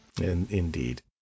Indeed